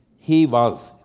he was,